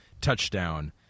touchdown